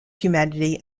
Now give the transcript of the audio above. humanity